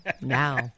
now